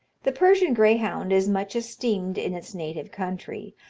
the persian greyhound is much esteemed in its native country,